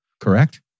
correct